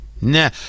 nah